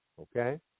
Okay